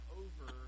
over